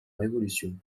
révolution